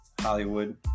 hollywood